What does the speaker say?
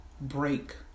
break